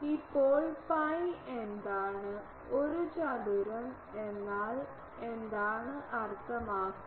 ഇപ്പോൾ പൈ എന്താണ് ഒരു ചതുരം എന്നാൽ എന്താണ് അർത്ഥമാക്കുന്നത്